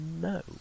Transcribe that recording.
No